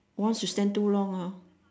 once you stand too long